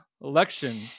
election